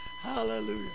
Hallelujah